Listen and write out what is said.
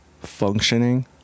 functioning